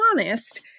honest